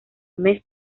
mes